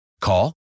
Call